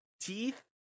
teeth